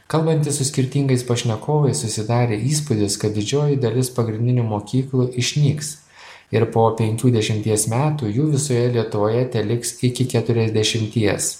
kalbantis su skirtingais pašnekovais susidarė įspūdis kad didžioji dalis pagrindinių mokyklų išnyks ir po penkių dešimties metų jų visoje lietuvoje teliks iki keturiasdešimties